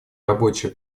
рабочие